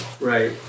Right